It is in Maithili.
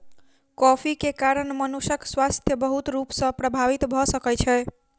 कॉफ़ी के कारण मनुषक स्वास्थ्य बहुत रूप सॅ प्रभावित भ सकै छै